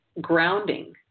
grounding